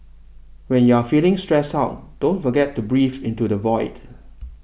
when you are feeling stressed out don't forget to breathe into the void